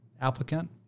applicant